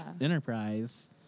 enterprise